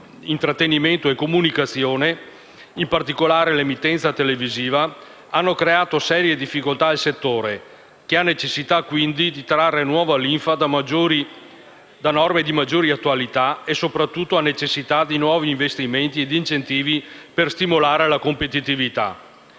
intrattenimento e comunicazione - in particolare l'emittenza televisiva - che hanno creato serie difficoltà al settore, il quale ha necessità, quindi, di trarre nuova linfa da norme di maggiore attualità e, soprattutto, ha necessità di nuovi investimenti e incentivi per stimolare la competitività.